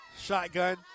Shotgun